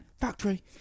factory